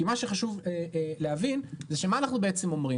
כי מה שחשוב להבין שמה אנחנו אומרים?